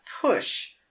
push